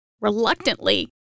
Reluctantly